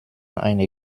eine